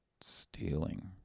stealing